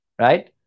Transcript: right